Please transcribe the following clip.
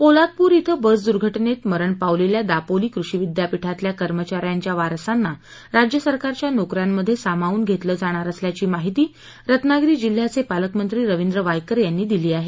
पोलादपूर इथं बस दुर्घ जेत मरण पावलेल्या दापोली कृषी विद्यापीठातल्या कर्मचाऱ्यांच्या वारसांना राज्य सरकारच्या नोकऱ्यांत सामावून घेतलं जाणार असल्याची माहिती रत्नागिरी जिल्ह्याचे पालकमंत्री रविंद्र वायकर यांनी दिली आहे